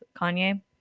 Kanye